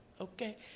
Okay